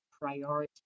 priority